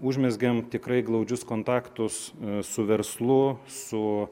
užmezgam tikrai glaudžius kontaktus su verslu su